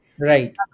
Right